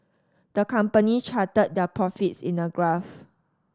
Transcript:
the company charted their profits in a graph